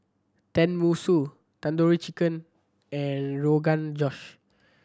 Tenmusu Tandoori Chicken and Rogan Josh